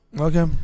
Okay